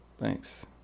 Thanks